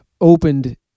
opened